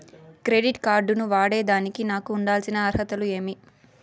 Credit card ను వాడేదానికి నాకు ఉండాల్సిన అర్హతలు ఏమి?